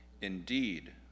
Indeed